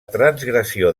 transgressió